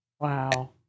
Wow